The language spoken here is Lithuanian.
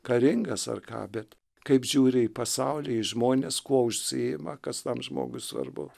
karingas ar ką bet kaip žiūri į pasaulį į žmones kuo užsiima kas tam žmogui svarbu